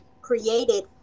created